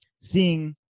seeing